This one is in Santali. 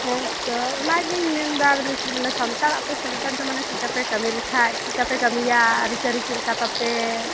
ᱦᱮᱸᱛᱚ ᱚᱱᱟᱜᱤᱧ ᱢᱮᱱᱮᱫᱟ ᱢᱟᱱᱮ ᱥᱟᱱᱛᱟᱲ ᱟᱯᱮ ᱥᱟᱱᱛᱟᱲ ᱪᱮᱫ ᱞᱮᱠᱟ ᱯᱮ ᱠᱟᱹᱢᱤ ᱞᱮᱠᱷᱟᱱ ᱪᱮᱫ ᱞᱮᱠᱟ ᱯᱮ ᱠᱟᱹᱢᱤᱭᱟ ᱟᱹᱨᱤᱪᱟᱹᱞᱤ ᱪᱮᱫᱞᱮᱠᱟ ᱛᱟᱯᱮ